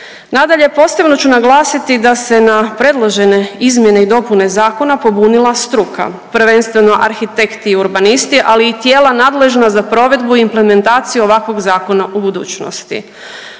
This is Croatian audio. Nadalje, posebno ću naglasiti da se na predložene izmjene i dopune zakona pobunila struka prvenstveno arhitekti i urbanisti, ali i tijela nadležna za provedbu i implementaciju ovakvog zakona u budućnosti.